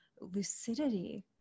lucidity